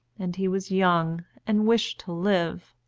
and he was young and wished to live,